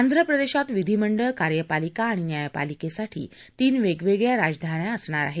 आंध्र प्रदेशात विधिमंडळ कार्यपालिका आणि न्यायपालिकेसाठी तीन वेगवेगळ्या राजधान्या असणार आहेत